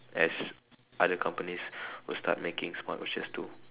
as other companies will start making smartwatches too